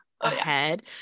ahead